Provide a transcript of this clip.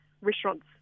restaurants